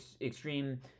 extreme